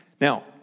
Now